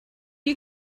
you